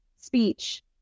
speech